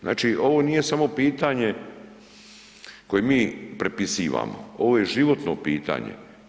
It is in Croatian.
Znači ovo nije samo pitanje koje mi prepisivamo, ovo je životno pitanje.